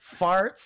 Farts